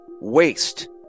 waste